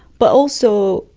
but also,